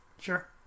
sure